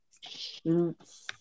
shoots